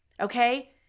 Okay